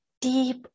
deep